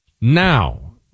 Now